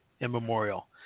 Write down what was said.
immemorial